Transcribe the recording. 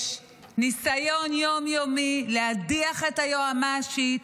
יש ניסיון יום-יומי להדיח את היועמ"שית,